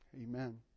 Amen